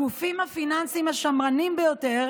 הגופים הפיננסיים השמרנים ביותר